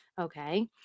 okay